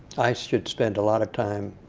i should spend a lot of time